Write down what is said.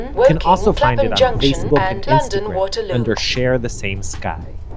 you can also find it on facebook and instagram under share the same sky.